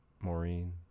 Maureen